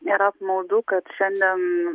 yra apmaudu kad šiandien